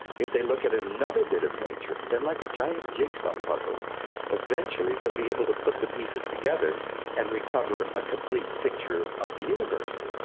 if they look at another bit of nature then like a giant jigsaw puzzle eventually they'll be able to put the pieces together and recover a complete picture of the universe.